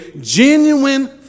genuine